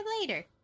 later